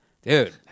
Dude